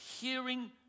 Hearing